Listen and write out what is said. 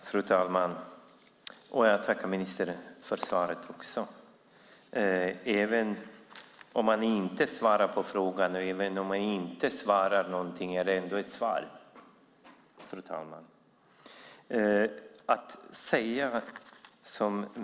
Fru talman! Jag vill tacka ministern för svaret. Även om han inte ger något svar på frågan och även om han inte svarar någonting är det ändå ett svar, fru talman.